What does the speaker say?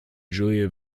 julia